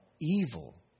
evil